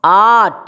आठ